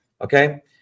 Okay